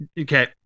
okay